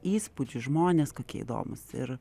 įspūdžių žmonės kokie įdomūs ir